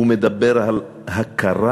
הוא מדבר על הכרה,